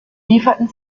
lieferten